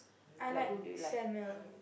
I like Samuel